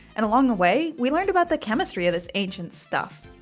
and along the way we learned about the chemistry of this ancient stuff.